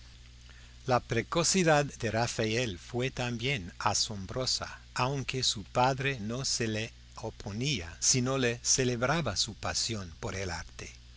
la precocidad de rafael fue también asombrosa aunque su padre no se le oponía sino le celebraba su pasión por el arte